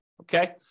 okay